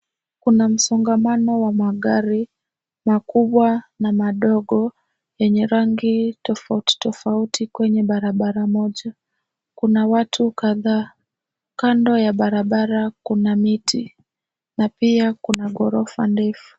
Kuna msongamano wa magari, makubwa na madogo yenye rangi tofautitofauti kwenye barabara moja. Kuna watu kadhaa. Kando ya barabara kuna miti na pia kuna ghorofa ndefu.